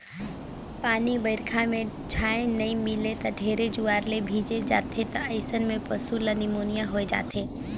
पानी बइरखा में छाँय नइ मिले त ढेरे जुआर ले भीजे जाथें त अइसन में पसु ल निमोनिया होय जाथे